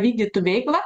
vykdytų veiklą